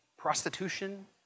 Prostitution